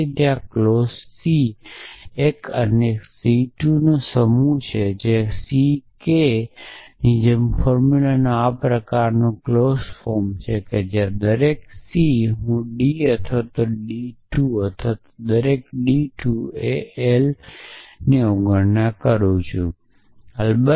પછી ત્યાં clause C એક અને સી 2 નો સમૂહ છે અને સી કે જેમ કે ફોર્મ્યુલાનો આ પ્રકાર ક્લોઝ ફોર્મ છે જ્યારે દરેક સી હું ડી એક અથવા ડી 2 અથવા અને દરેક ડી હું બરાબર હું એલ અથવા અવગણના કરું છું l I